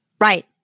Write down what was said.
Right